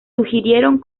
sugirieron